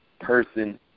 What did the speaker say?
person